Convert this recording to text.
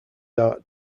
art